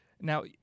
Now